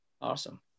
Awesome